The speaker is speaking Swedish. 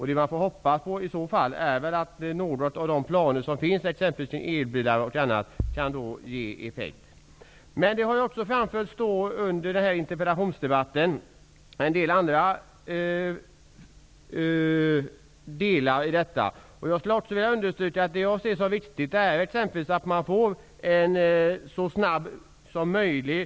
Det man får hoppas på är att någon av de planer som finns, på exempelvis elbilar, kan ge effekt. Under denna interpellationsdebatt har framförts annat som rör detta. Det är viktigt att vi får en utbyggnad av E 6 så snabbt som möjligt.